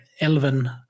elven